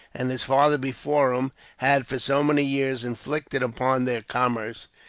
and his father before him, had for so many years inflicted upon their commerce